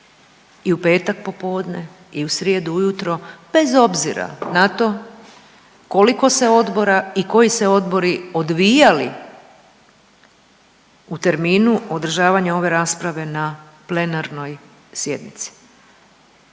i u petak popodne i u srijedu ujutro bez obzira na to koliko se odbora i koji se odbori odvijali u terminu održavanja ove rasprave na plenarnoj sjednici.